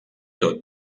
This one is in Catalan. tot